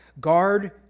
Guard